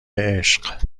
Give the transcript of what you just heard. عشق